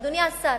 אדוני השר,